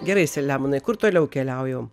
gerai selemonai kur toliau keliaujam